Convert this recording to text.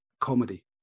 comedy